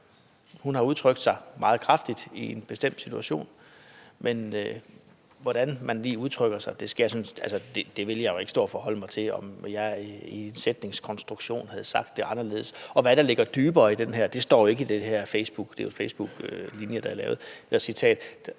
Hun har udtrykt sig meget kraftigt i en bestemt situation. Men hvordan man lige udtrykker sig, vil jeg ikke stå og forholde mig til. Havde jeg sagt det anderledes? Og hvad ligger der dybere i den her facebooklinje? Det er jo et citat